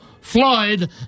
Floyd